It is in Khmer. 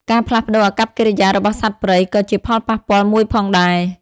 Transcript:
ការផ្លាស់ប្តូរអាកប្បកិរិយារបស់សត្វព្រៃ ក៏ជាផលប៉ះពាល់មួយផងដែរ។